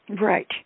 Right